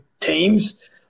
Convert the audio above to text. teams